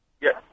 Yes